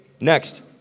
next